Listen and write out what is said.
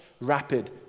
rapid